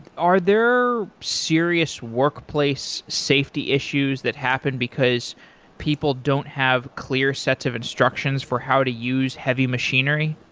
are there serious workplace safety issues that happened because people don't have clear sets of instructions for how to use heavy machinery?